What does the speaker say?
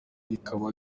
rikaba